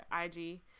IG